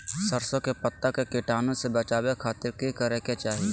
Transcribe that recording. सरसों के पत्ता के कीटाणु से बचावे खातिर की करे के चाही?